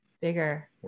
bigger